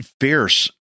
fierce